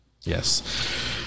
Yes